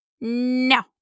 No